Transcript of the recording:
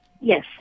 Yes